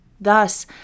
Thus